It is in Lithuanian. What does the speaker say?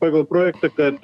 pagal projektą kad